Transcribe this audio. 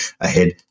Ahead